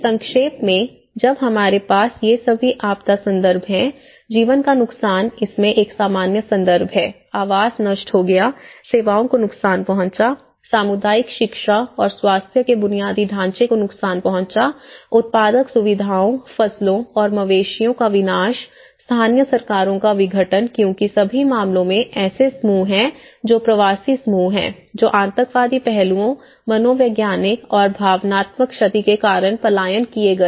संक्षेप में जब हमारे पास ये सभी आपदा संदर्भ हैं जीवन का नुकसान इसमें एक सामान्य संदर्भ है आवास नष्ट हो गया सेवाओं को नुकसान पहुंचा सामुदायिक शिक्षा और स्वास्थ्य के बुनियादी ढांचे को नुकसान पहुंचा उत्पादक सुविधाओं फसलों और मवेशियों का विनाश स्थानीय सरकारों का विघटन क्योंकि सभी मामलों में ऐसे समूह हैं जो प्रवासी समूह हैं जो आतंकवादी पहलुओं मनोवैज्ञानिक और भावनात्मक क्षति के कारण पलायन कर गए हैं